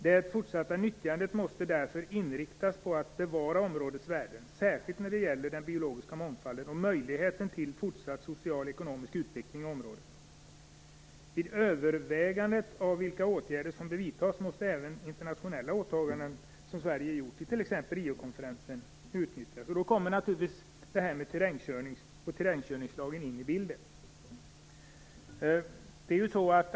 Det fortsatta nyttjandet måste därför inriktas på att bevara områdets värde, särskilt när det gäller den biologiska mångfalden och möjligheten till fortsatt social och ekonomisk utveckling i området. Vid övervägandet av vilka åtgärder som bör vidtas måste även internationella åtaganden som Sverige gjort, t.ex. vid Riokonferensen, utnyttjas. Då kommer naturligtvis terrängkörning och terrängkörningslagen in i bilden.